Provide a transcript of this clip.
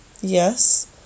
Yes